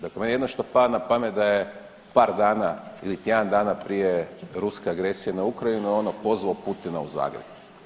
Dakle, meni jedino što pada na pamet da je par dana ili tjedan dana prije ruske agresije na Ukrajinu ono pozvao Putina u Zagreb.